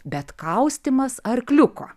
bet kaustymas arkliuko